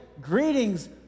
greetings